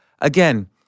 again